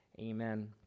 amen